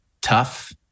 tough